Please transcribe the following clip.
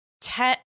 Ten